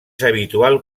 habitual